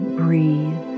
breathe